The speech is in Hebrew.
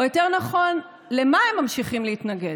או יותר נכון, לְמָה הם ממשיכים להתנגד?